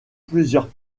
plusieurs